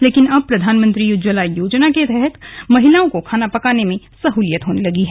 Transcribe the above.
लेकिन अब प्रधानमंत्री उज्ज्वला योजना के तहत महिलाओं को खाना बनाने में सह्लियत होने लगी है